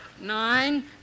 Nine